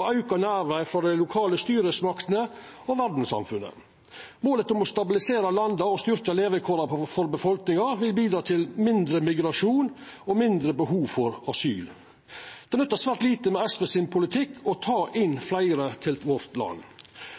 og auka nærvær frå dei lokale styresmaktene og verdssamfunnet. Målet om å stabilisera landa og styrkja levekåra for befolkninga vil bidra til mindre migrasjon og mindre behov for asyl. Det nyttar svært lite med SVs politikk – å ta inn